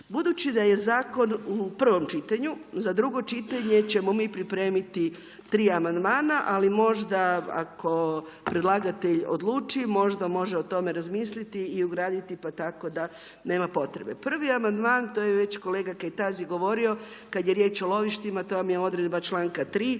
Budući da je zakon u prvom čitanju, za drugo čitanje, ćemo mi pripremiti 3 amandmana, ali možda, ako predlagatelj odluči, možda može o tome razmisliti i ugraditi, pa tako da nema potrebe. Prvi amandman, to je već kolega Kejtazi govorio, kada je riječ o lovištima, to vam je odredba članka 3,